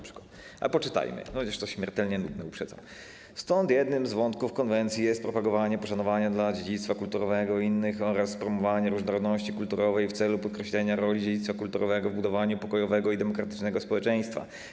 Poczytajmy - jest to śmiertelnie nudne, uprzedzam: Stąd jednym z wątków konwencji jest propagowanie poszanowania dla dziedzictwa kulturowego innych oraz promowanie różnorodności kulturowej w celu podkreślenia roli dziedzictwa kulturowego w budowaniu pokojowego i demokratycznego społeczeństwa.